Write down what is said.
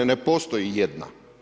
Ne postoji jedna.